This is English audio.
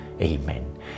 Amen